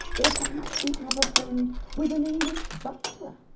or perhaps you have a friend with an english butler.